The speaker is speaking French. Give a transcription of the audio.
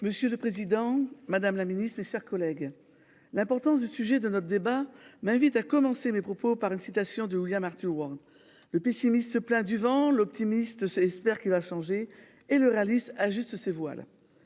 Monsieur le Président Madame la Ministre, chers collègues, l'importance du sujet de notre débat m'invite à commencer mes propos par une citation de William retour le pessimiste se plaint du vent l'optimiste c'est espère qu'il va changer et le réalisme ajuste ses voiles.